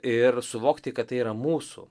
ir suvokti kad tai yra mūsų